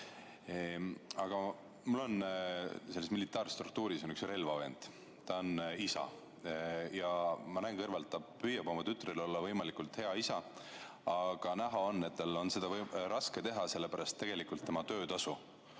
Aga mul on selles militaarstruktuuris üks relvavend. Ta on isa ja ma näen kõrvalt, et ta püüab oma tütrele olla võimalikult hea isa, aga näha on, et tal on seda raske teha, sest tema töötasu